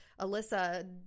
Alyssa